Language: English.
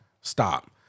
Stop